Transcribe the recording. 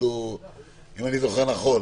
אם אני זוכר נכון,